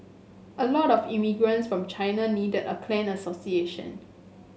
a lot of immigrants from China needed a clan association